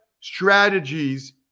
strategies